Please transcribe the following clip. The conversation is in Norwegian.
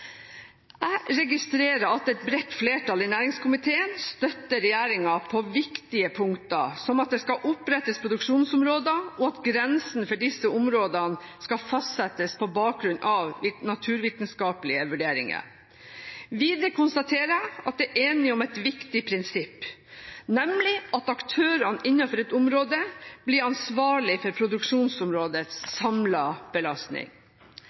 Jeg registrerer at et bredt flertall i næringskomiteen støtter regjeringen på viktige punkter, som at det skal opprettes produksjonsområder, og at grensene for disse områdene skal fastsettes på bakgrunn av naturvitenskapelige vurderinger. Videre konstaterer jeg at det er enighet om et viktig prinsipp, nemlig at aktørene innenfor et område blir ansvarlig for produksjonsområdets samlede belastning.